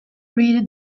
read